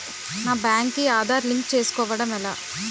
నా బ్యాంక్ కి ఆధార్ లింక్ చేసుకోవడం ఎలా?